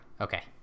Okay